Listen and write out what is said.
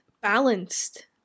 balanced